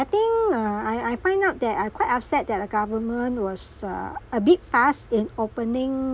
I think uh I I find out that I quite upset that the government was uh a bit fast in opening